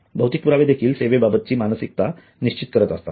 भौतिक पुरावे देखील सेवेबाबतची मानसिकता निश्चित करत असतात